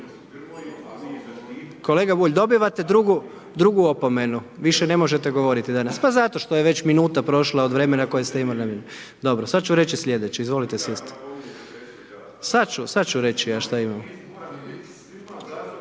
Kolega Bulj, dobivate drugu opomenu, više ne možete govoriti danas, pa zato što je već minuta prošla od vremena koju ste imali …/Govornik se ne razumije./… Dobro sada ću reći sljedeće, izvolite sjesti, sada ću reći šta imam